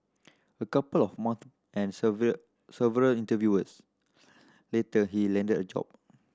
a couple of months and several several interviewers later he landed a job